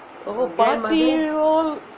oh paati all